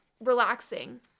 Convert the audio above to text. relaxing